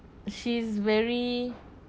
she is very